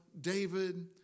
David